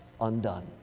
undone